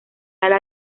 ala